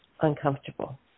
uncomfortable